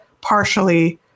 partially